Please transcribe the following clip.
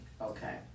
Okay